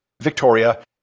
Victoria